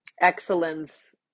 excellence